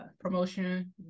promotion